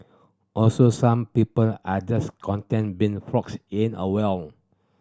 also some people are just content being frogs in a well